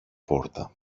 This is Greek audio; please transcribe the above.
πόρτα